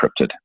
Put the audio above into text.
encrypted